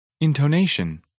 Intonation